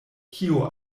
kio